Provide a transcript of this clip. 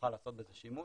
יוכל לעשות בזה שימוש.